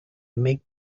make